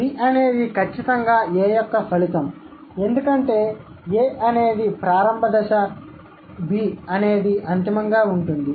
B అనేది ఖచ్చితంగా A యొక్క ఫలితం ఎందుకంటే A అనేది ప్రారంభ B అనేది అంతిమంగా ఉంటుంది